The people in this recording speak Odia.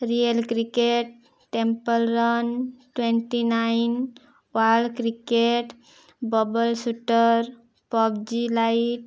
real cricket temple run twenty nine ପାଲ cricket bubble shooter PUBG light